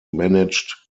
managed